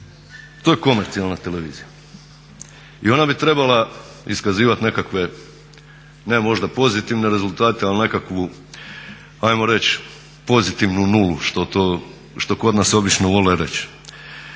to je komercijalna televizija i ona bi trebala iskazivati nekakve ne možda pozitivne rezultate ali nekakvu ajmo reći pozitivnu nulu što kod nas obično vole reći.